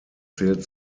zählt